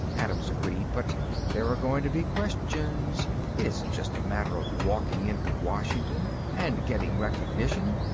adams agreed, but there are going to be questions. it isn't just a matter of walking into washington and getting recognition.